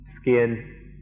skin